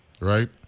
right